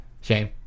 Shame